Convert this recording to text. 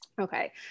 Okay